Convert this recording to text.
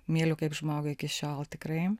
myliu kaip žmogų iki šiol tikrai